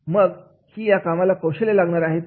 मग ही या कामाला कौशल्ये लागणार आहे की नाही